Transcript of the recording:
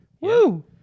Woo